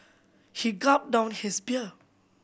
he gulped down his beer